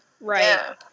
Right